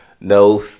no